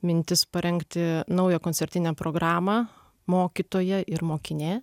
mintis parengti naują koncertinę programą mokytoja ir mokinė